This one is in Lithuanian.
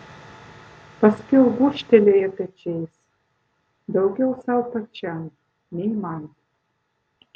paskiau gūžtelėjo pečiais daugiau sau pačiam nei man